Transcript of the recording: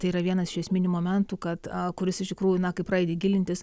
tai yra vienas iš esminių momentų kad kuris iš tikrųjų na kai pradedi gilintis